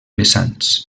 vessants